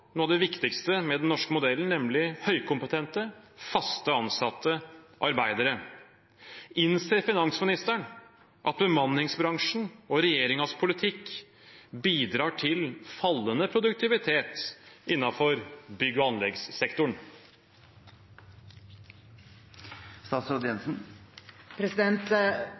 noe av det viktigste med den norske modellen, nemlig høykompetente, fast ansatte arbeidere. Innser finansministeren at bemanningsbransjen og regjeringens politikk bidrar til fallende produktivitet innenfor bygg- og